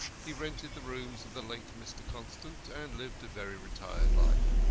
he rented the rooms of the late mr. constant, and lived a very retired life.